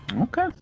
Okay